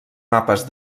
mapes